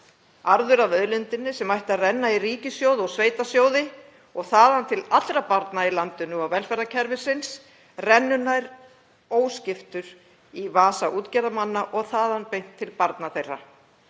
Arður af auðlindinni, sem ætti að renna í ríkissjóð og sveitarsjóði og þaðan til allra barna í landinu og velferðarkerfisins, rennur nær óskiptur í vasa útgerðarmanna og þaðan beint til barna þeirra.